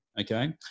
okay